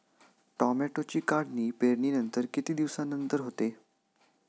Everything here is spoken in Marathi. टोमॅटोची काढणी पेरणीनंतर किती दिवसांनंतर होते?